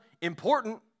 important